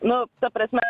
nu ta prasme